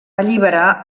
alliberar